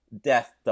Death